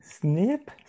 Snip